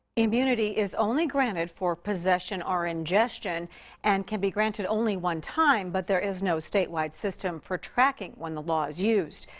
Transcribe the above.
immunity is only granted for possession or ingestion and can be granted only one time. but there is no statewide system for tracking when the law is used.